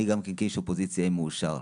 אני גם כאיש אופוזיציה אהיה מאושר.